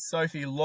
Sophie